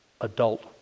adult